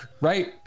Right